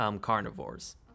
carnivores